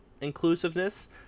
inclusiveness